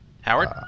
Howard